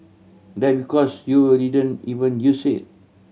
that because you will didn't even use it